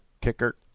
kicker